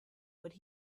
would